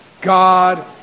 God